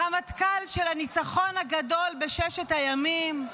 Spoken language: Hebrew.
הרמטכ"ל של הניצחון הגדול בששת הימים.